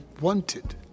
wanted